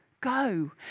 Go